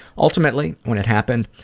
ultimately, when it happened,